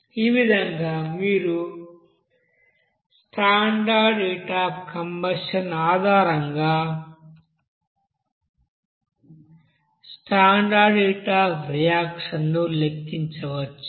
ఈ విధంగా మీరు స్టాండర్డ్ హీట్ అఫ్ కంబషన్ ఆధారంగా స్టాండర్డ్ హీట్ అఫ్ రియాక్షన్ ను లెక్కించవచ్చు